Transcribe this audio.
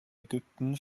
ägypten